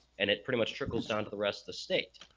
and it pretty much trickles down to the rest of the state